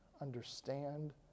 understand